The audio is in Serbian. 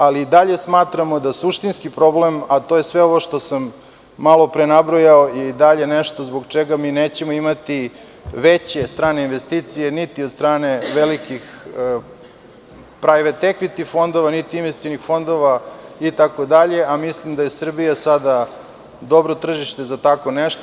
Ali, i dalje smatramo da suštinski problem, a to je sve ovo što sam malopre nabrojao, je i dalje nešto zbog čega mi nećemo imati veće strane investicije niti od strane velikih private equity fondova, niti investicionih fondova itd, a mislim da je Srbija sada dobro tržište za tako nešto.